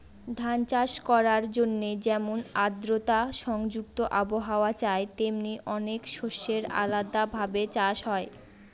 ধান চাষ করার জন্যে যেমন আদ্রতা সংযুক্ত আবহাওয়া চাই, তেমনি অনেক শস্যের আলাদা ভাবে চাষ হয়